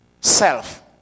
Self